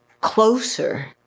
closer